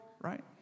right